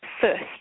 first